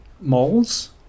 moles